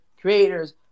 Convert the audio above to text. creators